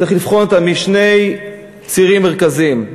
צריך לבחון אותה משני צירים מרכזיים: